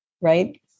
Right